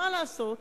גברתי השרה,